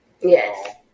Yes